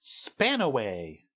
Spanaway